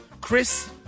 Chris